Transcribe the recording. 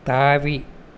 தாவி